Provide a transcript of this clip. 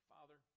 Father